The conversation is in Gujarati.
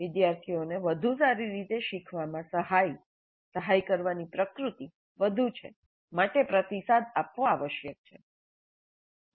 વિદ્યાર્થીઓને વધુ સારી રીતે શીખવામાં સહાય સહાય કરવાની પ્રકૃતિ વધુ છે માટે પ્રતિસાદ આપવો આવશ્યક છે